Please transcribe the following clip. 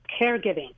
caregiving